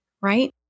right